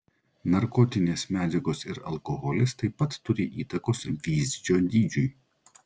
narkotinės medžiagos ir alkoholis taip pat turi įtakos vyzdžio dydžiui